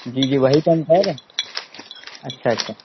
جی جی وہی تو ہم کہہ رہے اچھا اچھا